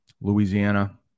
louisiana